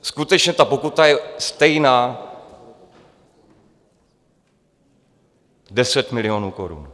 Skutečně ta pokuta je stejná 10 milionů korun.